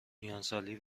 میانسالی